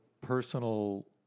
personal